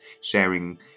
sharing